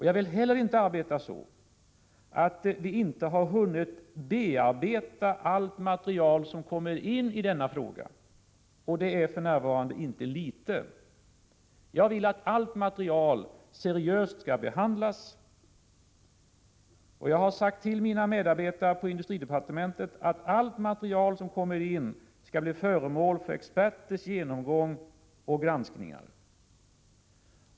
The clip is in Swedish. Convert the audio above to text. Jag vill inte heller arbeta på det sättet att vi i departementet inte hinner bearbeta allt material som kommer in i denna fråga, och det är för närvarande inte litet. Jag vill att allt material skall behandlas seriöst, och jag har sagt till mina medarbetare på industridepartementet att allt material som kommer in skall bli föremål för experters genomgång och granskningar.